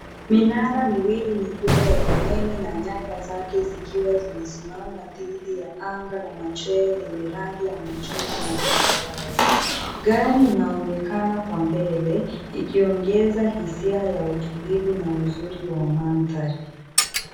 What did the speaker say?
Minara mikubwa miwili ya umeme na nyaya zake zikiwa zimesimama dhidi ya anga la machweo lenye rangi ya machungwa na zambarau. Gari inaonekana kwa mbele ikiongeza hisia ya utulivu na uzuri wa mandhari.